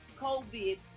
COVID